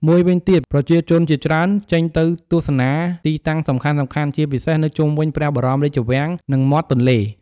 មួយវិញទៀត ប្រជាជនជាច្រើនចេញទៅទស្សនាទីតាំងសំខាន់ៗ ជាពិសេសនៅជុំវិញព្រះបរមរាជវាំង និងមាត់ទន្លេ។